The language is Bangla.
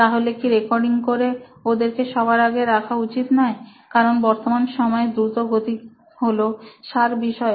তাহলে কি রেকর্ডিং করে ওদেরকে সবার আগে রাখা উচিত নয় কারণ বর্তমান সময় দ্রুত গতিই হল সার বিষয়